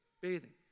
Bathing